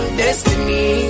destiny